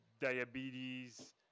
Diabetes